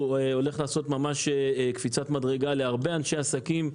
הוא הולך לעשות ממש קפיצת מדרגה להרבה אנשי עסקים.